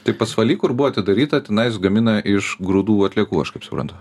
tai pasvaly kur buvo atidaryta tenais gamina iš grūdų atliekų aš kaip suprantu